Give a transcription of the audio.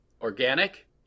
organic